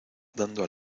dando